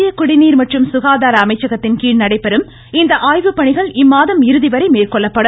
மத்திய குடிநீர் மற்றும் சுகாதார அமைச்சகத்தின் கீழ் நடைபெறும் இந்த ஆய்வுப்பணிகள் இம்மாதம் இறுதிவரை மேற்கொள்ளப்படும்